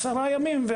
עשרה ימים.